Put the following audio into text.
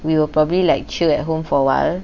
we will probably like chill at home for awhile